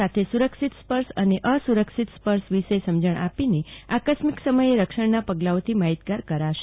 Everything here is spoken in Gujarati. સાથે સુરક્ષિત સ્પર્શ અને અસુરક્ષિત સ્પર્શ વિષે સમજણ આપીને આકસ્મિત સમયે રક્ષણનાં પગલાઓથી માહિતગાર કરાશે